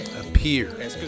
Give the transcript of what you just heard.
appear